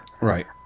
Right